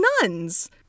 nuns